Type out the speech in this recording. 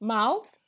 Mouth